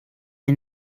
and